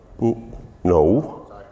No